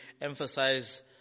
emphasize